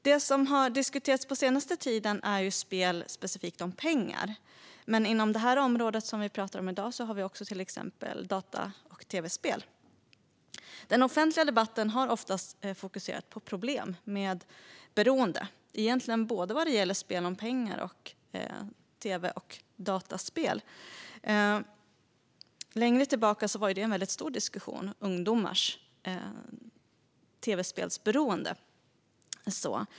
Det som har diskuterats den senaste tiden är spel om pengar, men inom det område vi pratar om i dag har vi också till exempel tv och dataspel. Den offentliga debatten har oftast fokuserat på problem med beroende, egentligen vad gäller både spel om pengar och tv och dataspel. Längre tillbaka var det en stor diskussion om ungdomars tv-spelsberoende.